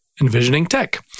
envisioningtech